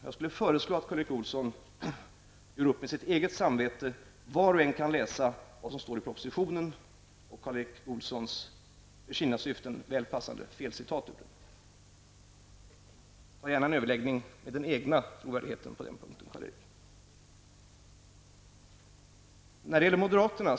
Jag skulle föreslå att Karl Erik Olssons gör upp med sitt eget samvete. Var och en kan läsa vad som står i propositionen och Karl Erik Olsson för sina syften väl passande felcitat. Ta gärna en överläggning med den egna trovärdigheten på den punkten, Karl Erik Olsson.